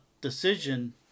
decision